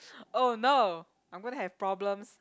oh no I'm going to have problems